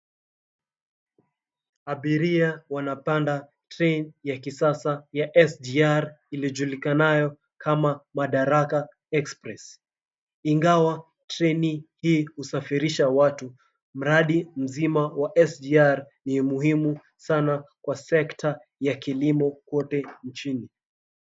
Abiria wanapanda train ya kisasa ya SGR iliojulikanayo kama Madaraka Express. Ingawa treni hii husafirisha watu, mradi mzima wa SGR ni muhimu sana kwa sekta ya kilimo kwote nchini.